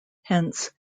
hence